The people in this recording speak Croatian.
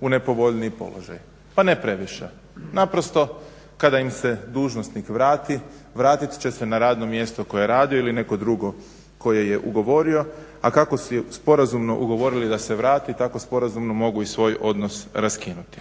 u nepovoljniji položaj? Pa ne previše. Naprosto kada im se dužnosnik vrati, vratit će se na radno mjesto koje je radio ili neko drugo koje je ugovorio. A kako su sporazumno ugovorili da se vrati tako sporazumno mogu i svoj odnos raskinuti.